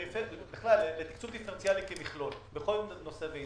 תקצוב דיפרנציאלי כמכלול בכל נושא ועניין.